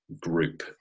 group